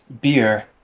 beer